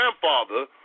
grandfather